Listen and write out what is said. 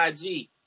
IG